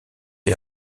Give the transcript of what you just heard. est